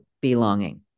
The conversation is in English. belonging